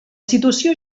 situació